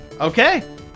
Okay